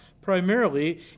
primarily